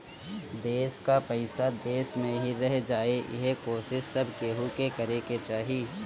देस कअ पईसा देस में ही रह जाए इहे कोशिश सब केहू के करे के चाही